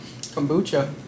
Kombucha